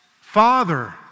Father